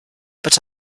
but